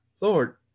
Lord